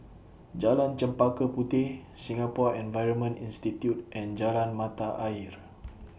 Jalan Chempaka Puteh Singapore Environment Institute and Jalan Mata Ayer